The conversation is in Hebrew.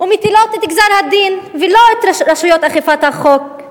ומטילות את גזר-הדין, ולא רשויות אכיפת החוק.